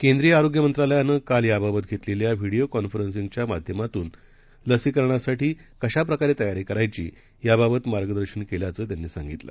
केंद्रीयआरोग्यमंत्रालयानंकालयाबाबतघेतलेल्याव्हीडीओकॉन्फरन्सिंगच्यामाध्यमातूनलसीकरणासाठीकशाप्रकारेतयारीकरायचीयाबाबतमा र्गदर्शनकेल्याचंत्यांनीसांगितलं